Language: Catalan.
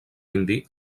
indi